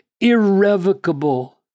irrevocable